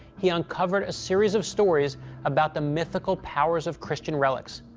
he uncovered a series of stories about the mythical powers of christian relics.